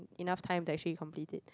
enough time to actually complete it